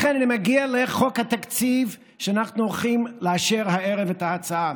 לכן אני מביא לחוק התקציב שאנחנו הולכים לאשר הערב את ההצעה,